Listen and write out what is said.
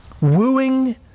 wooing